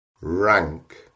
rank